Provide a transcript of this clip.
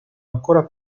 ancora